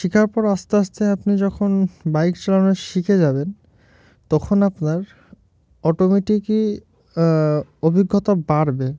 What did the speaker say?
শেখার পর আস্তে আস্তে আপনি যখন বাইক চালানো শিখে যাবেন তখন আপনার অটোমেটিকই অভিজ্ঞতা বাড়বে